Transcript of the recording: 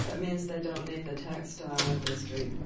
means they don't need the textile industry,